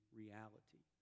reality